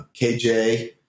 KJ